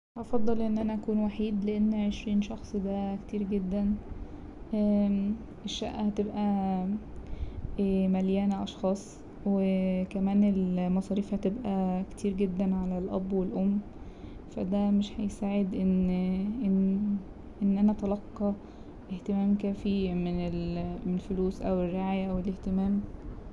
هفضل ان انا اكون وحيد لأن عشرين شخص ده كتير جدا الشقة هتبقى مليانة اشخاص وكمان المصاريف هتبقى كتير جدا على الأب والأم فا ده مش هيساعد ان- ان انا اتلقى اهتمام كافي من الفلوس أو الرعاية أو الاهتمام.